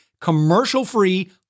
commercial-free